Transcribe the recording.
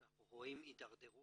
ואנחנו רואים הידרדרות